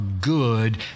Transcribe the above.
good